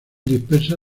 dispersa